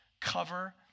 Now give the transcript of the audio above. cover